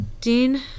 Dean